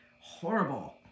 horrible